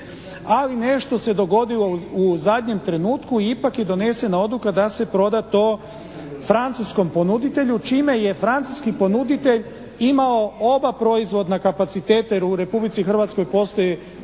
ali nešto se dogodilo u zadnjem trenutku i ipak je donesena odluka da se proda to francuskom ponuditelju, čime je francuski ponuditelj imao oba proizvodna kapaciteta, jer u Republici Hrvatskoj postoje